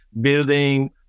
building